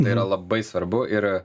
tai yra labai svarbu ir